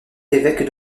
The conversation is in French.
évêque